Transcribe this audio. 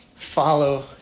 Follow